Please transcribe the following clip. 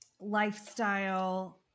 lifestyle